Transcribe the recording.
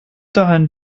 dahin